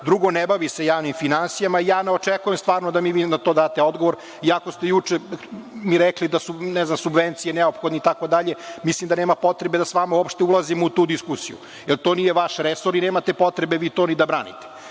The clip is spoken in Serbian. drugo ne bavi se javnim finansijama. Ne očekujem stvarno da mi vi na to date odgovor iako ste juče mi rekli da su subvencije neophodne, mislim da nema potrebe da s vama uopšte ulazim u tu diskusiju, jer to nije vaš resor i nemate potrebe vi to ni da branite,